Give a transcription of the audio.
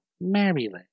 Maryland